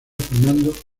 formando